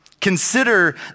Consider